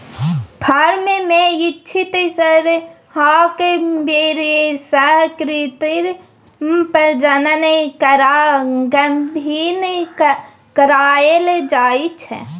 firm मे इच्छित सरहाक बीर्य सँ कृत्रिम प्रजनन करा गाभिन कराएल जाइ छै